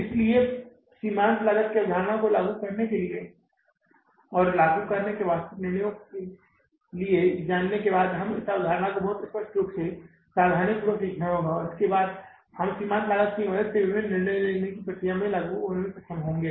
इसलिए सीमांत लागत की अवधारणा को लागू करने और लागू करने के वास्तविक निर्णयों के लिए जाने से पहले हमें इस अवधारणा को बहुत स्पष्ट रूप से सावधानीपूर्वक सीखना होगा और इसके बाद हम सीमांत लागत की मदद से विभिन्न निर्णय लेने की प्रक्रियाओं को लागू करने में सक्षम होंगे